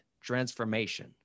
transformation